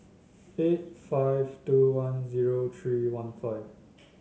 eight five two one zero three one five